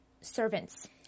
servants